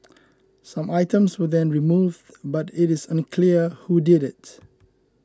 some items were then removed but it is unclear who did it